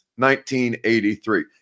1983